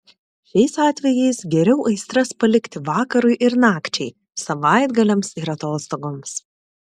šiais atvejais geriau aistras palikti vakarui ir nakčiai savaitgaliams ir atostogoms